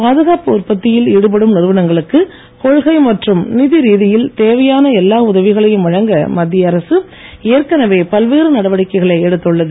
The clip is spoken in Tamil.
பாதுகாப்பு உற்பத்தியில் ஈடுபடும் நிறுவனங்களுக்கு கொள்கை மற்றும் நிதி ரீதியில் தேவையான எல்லா உதவிகளையும் வழங்க மத்திய அரசு ஏற்கனவே பல்வேறு நடவடிக்கைகளை எடுத்துள்ளது